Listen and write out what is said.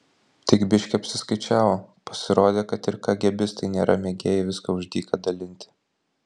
tik biški apsiskaičiavo pasirodė kad ir kagėbistai nėra mėgėjai viską už dyką dalinti